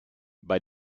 bei